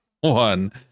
one